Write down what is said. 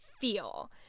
feel